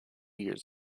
years